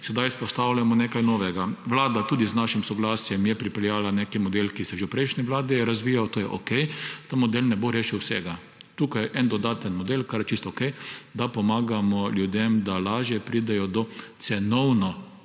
sedaj vzpostavljamo nekaj novega. Vlada je tudi z našim soglasjem pripeljala neki model, ki se je že v prejšnji vladi razvijal. To je okej, vendar ta model ne bo rešil vsega. Tukaj je en dodaten model, kar je čisto okej, da pomagamo ljudem, da lažje pridejo do cenovno